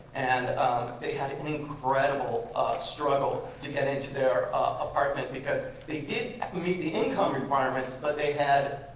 and they had incredible struggle to get into their apartment because they did meet the income requirements but they had,